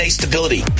stability